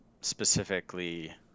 specifically